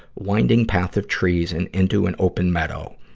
winding path of trees and into an open meadow.